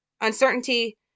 uncertainty